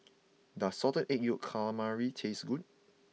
does Salted Egg Calamari taste good